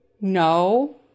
No